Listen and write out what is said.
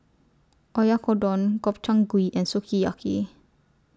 Oyakodon Gobchang Gui and Sukiyaki